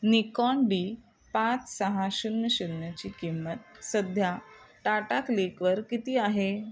Nikon D पाच सहा शून्य शून्यची किंमत सध्या टाटाक्लिकवर किती आहे